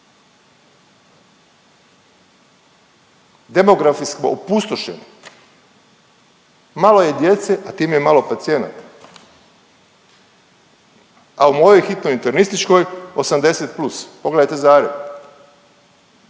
Demografi smo opustošeni, malo je djece, a time je malo i pacijenata. A u mojoj hitnoj internističkoj 80 plus. Pogledajte Zagreb,